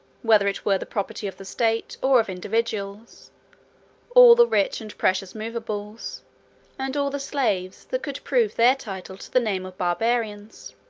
whether it were the property of the state, or of individuals all the rich and precious movables and all the slaves that could prove their title to the name of barbarians.